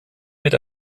mit